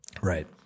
Right